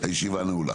תודה רבה הישיבה נעולה.